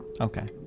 Okay